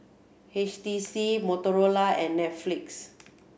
H T C Motorola and Netflix